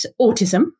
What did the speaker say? autism